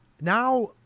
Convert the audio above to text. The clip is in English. Now